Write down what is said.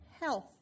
health